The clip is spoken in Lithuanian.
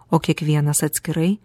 o kiekvienas atskirai